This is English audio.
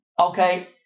okay